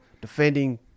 defending